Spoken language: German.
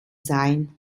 sein